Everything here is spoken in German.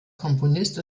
komponist